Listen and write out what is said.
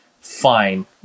fine